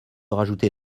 rajouter